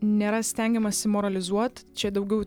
nėra stengiamasi moralizuot čia daugiau